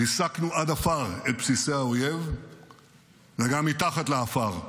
ריסקנו עד עפר את בסיסי האויב וגם מתחת לעפר,